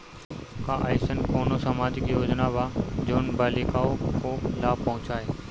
का अइसन कोनो सामाजिक योजना बा जोन बालिकाओं को लाभ पहुँचाए?